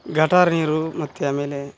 ಗಟಾರ ನೀರು ಮತ್ತು ಆಮೇಲೆ